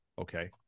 Okay